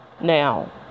Now